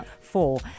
four